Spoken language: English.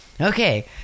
Okay